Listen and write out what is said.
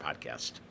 podcast